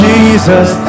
Jesus